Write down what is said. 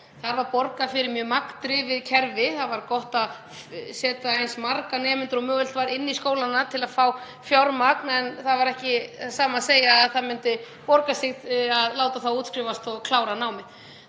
þá var borgað fyrir mjög magndrifið kerfi. Það var gott að setja eins marga nemendur og mögulegt var inn í skólana til að fá fjármagn en það sama var ekki að segja um hvort það myndi borga sig að láta þá útskrifast og klára námið.